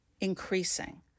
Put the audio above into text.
increasing